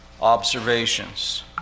observations